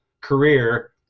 career